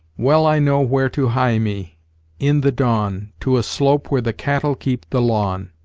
well i know where to hie me in the dawn, to a slope where the cattle keep the lawn.